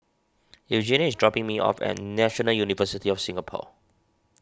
Eugenia is dropping me off at National University of Singapore